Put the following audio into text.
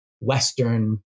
Western